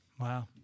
Wow